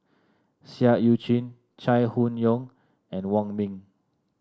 Seah Eu Chin Chai Hon Yoong and Wong Ming